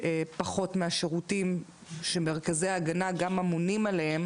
פחות שירותים שמרכזי ההגנה גם אמונים עליהם